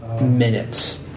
minutes